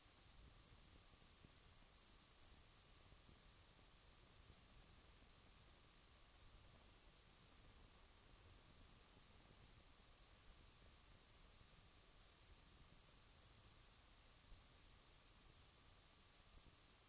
Det finns inte något annat ämne i gymnasieskolan där man inte har möjlighet att helt eller delvis dela klasserna. Detta förhållande kan knappast anses tillfredsställande.